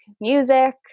music